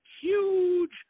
huge